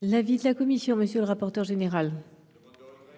Quel